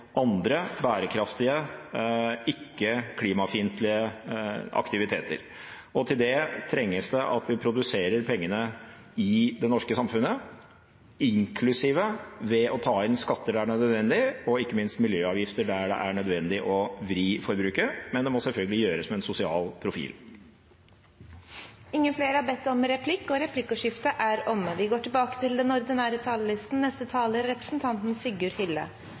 andre bærekraftige, ikke klimafiendtlige aktiviteter. Og til det trengs det at vi produserer pengene i det norske samfunnet, inklusiv det å ta inn skatter der det er nødvendig, og ikke minst miljøavgifter der det er nødvendig å vri forbruket, men det må selvfølgelig gjøres med en sosial profil. Replikkordskiftet er omme. Revidert nasjonalbudsjett for 2016 er en videreføring av den økonomiske politikken som regjeringen og stortingsflertallet har holdt fast ved siden valget i 2013. Det er